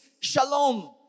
Shalom